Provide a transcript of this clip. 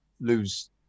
lose